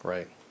Right